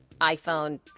iPhone